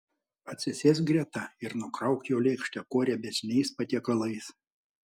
atsisėsk greta ir nukrauk jo lėkštę kuo riebesniais patiekalais